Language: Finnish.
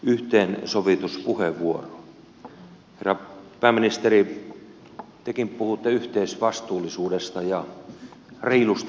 herra pääministeri tekin puhuitte yhteisvastuullisuudesta ja reilusta meiningistä